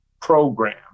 program